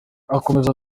akomeza